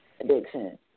addiction